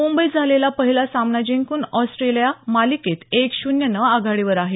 मुंबईत झालेला पहिला सामना जिंकून ऑस्ट्रेलिया मालिकेत एक शून्यनं आघाडीवर आहे